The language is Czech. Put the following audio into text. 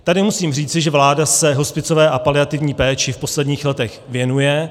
Tady musím říci, že vláda se hospicové a paliativní péči v posledních letech věnuje.